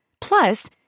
Plus